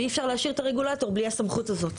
ואי אפשר להשאיר את הרגולטור בלי הסמכות הזאת.